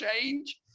change